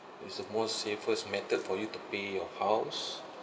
it's the most safest method for you to pay your house